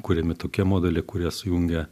kuriami tokie modeliai kurie sujungia